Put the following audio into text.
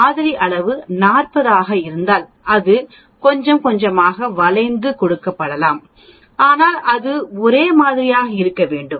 மாதிரி அளவு 40 ஆக இருந்தால் அது கொஞ்சம் கொஞ்சமாக வளைந்து கொடுக்கப்படலாம் ஆனால் அது ஒரே மாதிரியாக இருக்க வேண்டும்